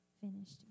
finished